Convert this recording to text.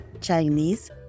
Chinese